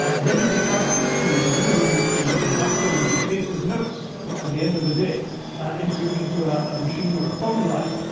medical transcription was a booming industry in india. a doctor would dictate his notes at the end of a day into into a a machine or a phone line.